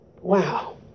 Wow